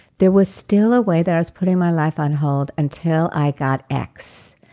there was still a way that i was putting my life on hold until i got x.